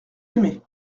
aimé